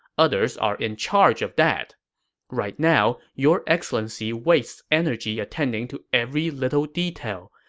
others are in charge of that right now, your excellency wastes energy attending to every little detail,